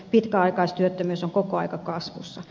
pitkäaikaistyöttömyys on koko ajan kasvussa